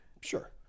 Sure